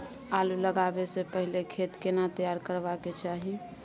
आलू लगाबै स पहिले खेत केना तैयार करबा के चाहय?